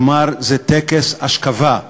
כלומר, זה טקס אשכבה.